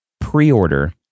pre-order